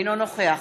אינו נוכח